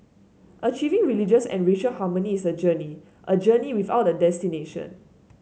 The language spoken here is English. achieving religious and racial harmony is a journey a journey without a destination